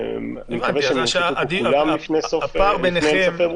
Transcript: אני מקווה שינחתו פה כולם לפני סוף פברואר,